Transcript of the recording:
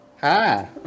Hi